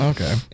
Okay